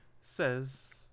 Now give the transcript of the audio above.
says